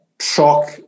shock